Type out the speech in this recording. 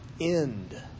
end